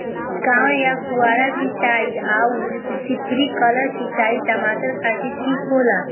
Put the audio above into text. छिड़काव या फुहारा सिंचाई आउर स्प्रिंकलर सिंचाई टमाटर खातिर ठीक होला?